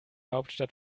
hauptstadt